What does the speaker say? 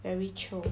very chio